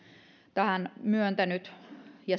tähän myöntänyt rahoituksen ja